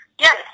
Yes